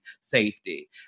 safety